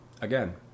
again